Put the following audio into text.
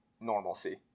normalcy